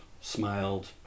smiled